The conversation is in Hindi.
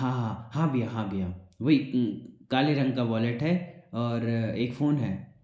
हाँ हाँ हाँ भैया हाँ भैया वही काले रंग का वॉलेट है और एक फ़ोन है